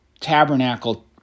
tabernacle